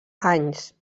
anys